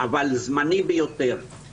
אבל זמני ביותר.